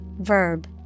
verb